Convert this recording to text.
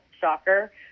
shocker